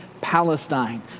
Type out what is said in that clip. Palestine